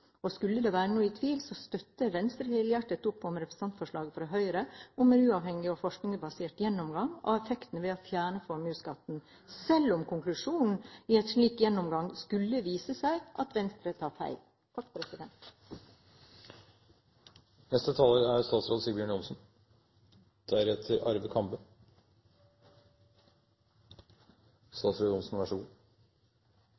området. Skulle det være noen tvil, støtter Venstre helhjertet opp om representantforslaget fra Høyre, om en uavhengig og forskningsbasert gjennomgang av effektene av å fjerne formuesskatten, selv om konklusjonen i en slik gjennomgang skulle vise at Venstre tar feil. Som representanten Micaelsen viste til, er